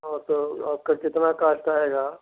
हाँ तो आपका कितना कॉस्ट आएगा